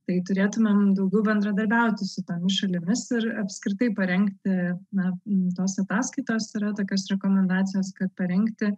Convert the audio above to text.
tai turėtumėm daugiau bendradarbiauti su tomis šalimis ir apskritai parengti na tos ataskaitos yra tokios rekomendacijos kad parengti